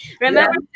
Remember